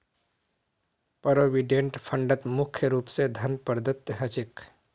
provident फंडत मुख्य रूप स धन प्रदत्त ह छेक